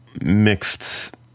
mixed